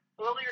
earlier